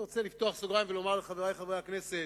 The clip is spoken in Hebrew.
אני רוצה לפתוח סוגריים ולומר לחברי חברי הכנסת: